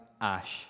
Ash